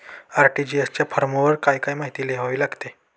RTGS च्या फॉर्मवर काय काय माहिती लिहावी लागते?